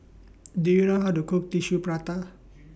Do YOU know How to Cook Tissue Prata